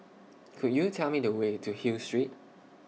Could YOU Tell Me The Way to Hill Street